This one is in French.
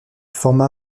forma